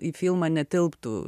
į filmą netilptų